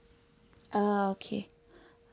uh okay